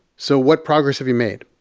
so what progress have you made?